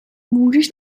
můžeš